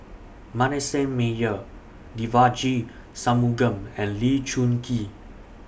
Manasseh Meyer Devagi Sanmugam and Lee Choon Kee